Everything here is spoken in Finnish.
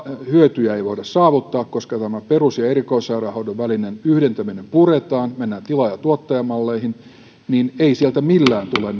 hyötyjä ei voida saavuttaa koska tämä perus ja ja erikoissairaanhoidon välinen yhdentäminen puretaan mennään tilaaja tuottaja malleihin niin ei sieltä millään tule